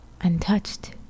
untouched